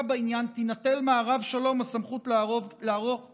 בעניין תינטל מהרב שלום הסמכות לערוך נישואין.